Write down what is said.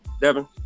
Devin